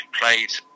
played